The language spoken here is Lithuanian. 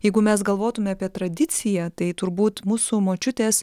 jeigu mes galvotume apie tradiciją tai turbūt mūsų močiutės